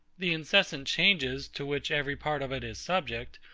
the incessant changes, to which every part of it is subject,